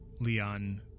Leon